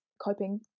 coping